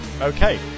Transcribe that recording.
Okay